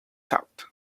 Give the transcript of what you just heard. thought